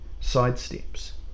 sidesteps